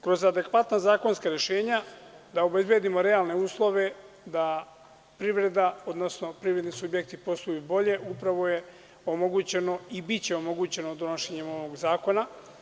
Kroz adekvatna zakonska rešenja da obezbedimo realne uslove, da privreda, odnosno privredni subjekti posluju bolje, upravo je omogućeno i biće omogućeno donošenjem ovog zakona.